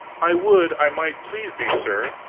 i would i might please thee, sir,